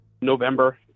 November